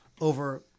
over